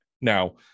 Now